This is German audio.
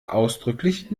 ausdrücklich